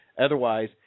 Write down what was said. Otherwise